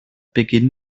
beginn